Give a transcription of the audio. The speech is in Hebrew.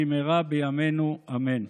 במהרה בימינו אמן.